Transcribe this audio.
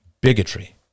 bigotry